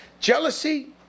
Jealousy